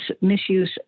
misuse